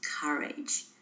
courage